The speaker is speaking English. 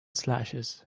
slashes